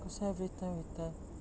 cause every time we touch